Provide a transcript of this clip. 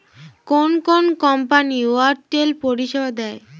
কোন কোন company wallet পরিষেবা দেয়?